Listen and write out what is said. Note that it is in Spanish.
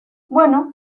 bueno